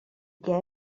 què